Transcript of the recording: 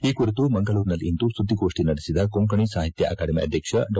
ಈ ಕುರಿತು ಮಂಗಳೂರಿನಲ್ಲಿಂದು ಸುದ್ದಿಗೋಷ್ಠಿ ನಡೆಸಿದ ಕೊಂಕಣಿ ಸಾಹಿತ್ಯ ಅಕಾಡೆಮಿ ಅಧ್ಯಕ್ಷ ಡಾ